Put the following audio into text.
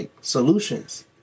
solutions